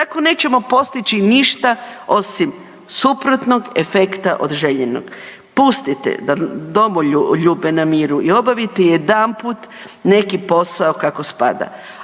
Tako nećemo postići ništa osim suprotnog efekt od željenog. Pustite domoljube na miru i obavite jedanput neki posao kako spada.